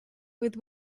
with